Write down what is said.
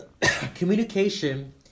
communication